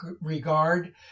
regard